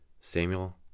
Samuel